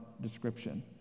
description